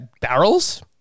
barrels